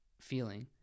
feeling